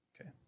Okay